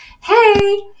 hey